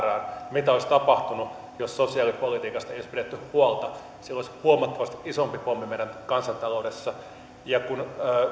mitä olisi tapahtunut jos sosiaalipolitiikasta ei olisi pidetty huolta silloin olisi huomattavasti isompi pommi meidän kansantaloudessa ja kun